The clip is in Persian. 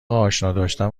آشناداشتن